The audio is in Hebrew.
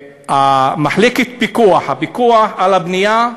מחלקת פיקוח, הפיקוח על הבנייה,